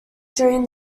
during